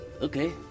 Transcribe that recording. Okay